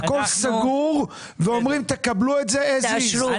הכול סגור ואומרים, תקבלו את זה as is.